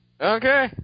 Okay